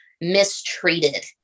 mistreated